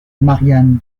marianne